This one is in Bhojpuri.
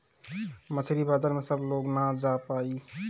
मछरी बाजार में सब लोग ना जा पाई